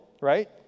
right